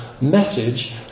message